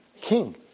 king